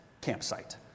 campsite